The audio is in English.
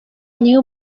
new